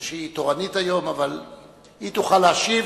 שהיא תורנית היום, אבל היא תוכל להשיב.